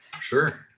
Sure